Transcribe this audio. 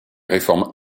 réformes